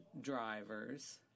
drivers